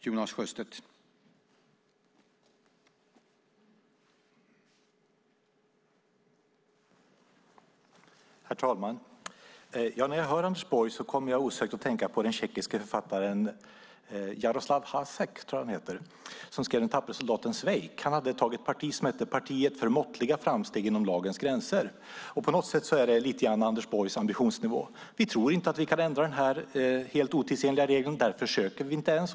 Herr talman! När jag hör Anders Borg kommer jag osökt att tänka på den tjeckiske författaren Jaroslav Hasek som skrev Den tappre soldaten Svejk . Han hade ett parti som hette Partiet för måttliga framsteg inom lagens gränser. På något sätt är det lite grann Anders Borgs ambitionsnivå: Vi tror inte att vi kan ändra den här helt otidsenliga regeln. Därför försöker vi inte ens.